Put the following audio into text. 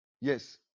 yes